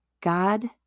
God